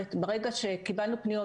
כרגע בעברית בלבד.